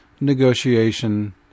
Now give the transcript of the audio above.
negotiation